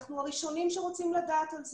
אנחנו הראשונים שרוצים לדעת על זה.